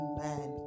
Amen